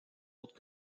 autres